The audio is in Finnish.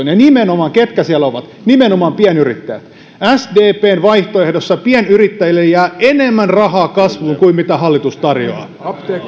ja ketkä siellä nimenomaan ovat nimenomaan pienyrittäjät sdpn vaihtoehdossa pienyrittäjille jää enemmän rahaa kasvuun kuin mitä hallitus tarjoaa